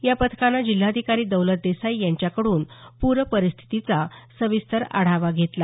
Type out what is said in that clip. या पथकानं जिल्हाधिकारी दौलत देसाई यांच्याकडून पूर परिस्थितीचा सविस्तर आढावा घेतला